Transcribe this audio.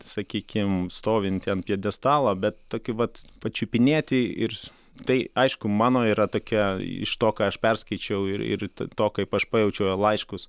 sakykim stovintį ant pjedestalo bet tokį vat pačiupinėti ir tai aišku mano yra tokia iš to ką aš perskaičiau ir ir to kaip aš pajaučiau jo laiškus